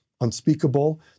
unspeakable